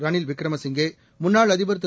ரனில் விக்ரமசிங்கே முன்னாள் அதிபர் திரு